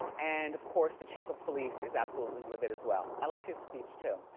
and of course the chief of police is absolutely livid as well. i liked his speech too.